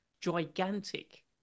gigantic